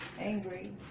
angry